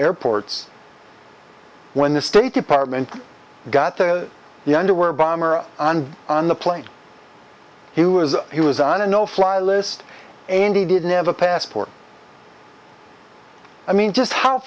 airports when the state department got the underwear bomber on the plane he was he was on a no fly list and he didn't have a passport i mean just how